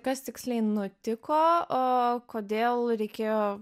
kas tiksliai nutiko o kodėl reikėjo